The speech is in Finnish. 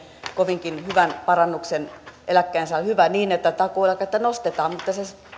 kovinkin hyvän parannuksen eläkkeensaajille hyvä niin että takuueläkettä nostetaan mutta se se